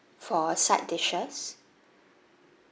for side dishes